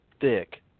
Thick